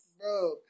bro